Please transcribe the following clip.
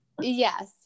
yes